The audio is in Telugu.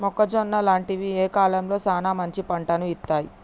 మొక్కజొన్న లాంటివి ఏ కాలంలో సానా మంచి పంటను ఇత్తయ్?